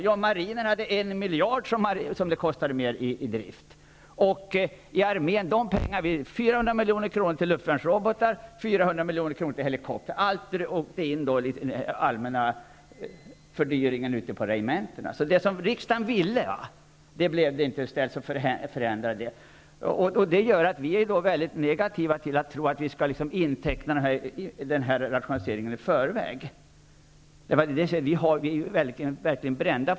Jo, marinen behövde ytterligare en miljard, och de pengar som avsatts till armén -- 400 milj.kr. till luftvärnsrobotar och 400 milj.kr. till helikoptrar -- gick åt till den allmänna fördyringen ute på regementena. Det som riksdagen ville genomfördes alltså inte. Detta gör att vi är väldigt negativa till att tro på att vi skall inteckna den här rationaliseringen i förväg. Vi är verkligen brända.